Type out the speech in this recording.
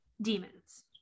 demons